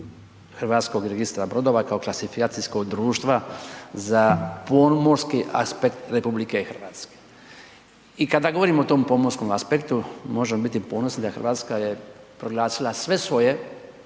važnost HRB-a kao klasifikacijskog društva za pomorski aspekt RH. I kada govorimo o tom pomorskom aspektu, možemo biti ponosni da je Hrvatska je proglasila sve svoje